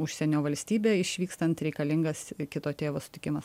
užsienio valstybę išvykstant reikalingas kito tėvo sutikimas